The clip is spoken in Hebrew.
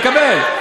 יקבל.